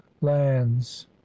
lands